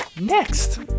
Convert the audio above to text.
next